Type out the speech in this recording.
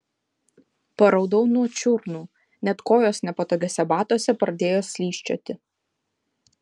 paraudau nuo čiurnų net kojos nepatogiuose batuose pradėjo slysčioti